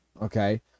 Okay